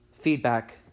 feedback